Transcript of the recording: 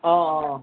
অঁ অঁ